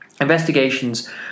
Investigations